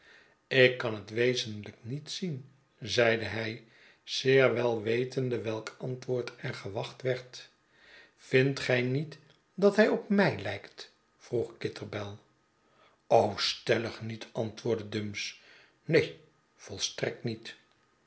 ik kan het wezenlyk niet zien zeide hij zeer wel wetende welk antwoord er gewacht werd vindt gy niet dat hij op mij lijkt vroeg kitterbell stellig niet antwoordde dumps neen volstrekt niet